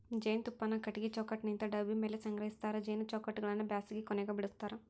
ಜೇನುತುಪ್ಪಾನ ಕಟಗಿ ಚೌಕಟ್ಟನಿಂತ ಡಬ್ಬಿ ಮ್ಯಾಲೆ ಸಂಗ್ರಹಸ್ತಾರ ಜೇನು ಚೌಕಟ್ಟಗಳನ್ನ ಬ್ಯಾಸಗಿ ಕೊನೆಗ ಬಿಡಸ್ತಾರ